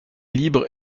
libre